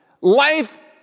Life